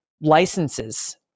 licenses